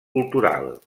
cultural